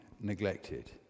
neglected